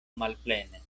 malplene